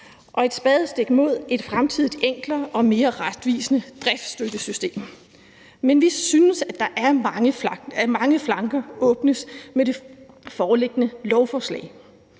og et spadestik mod et fremtidigt enklere og mere retvisende driftsstøttesystem. Men vi synes, at mange flanker åbnes med det foreliggende lovforslag.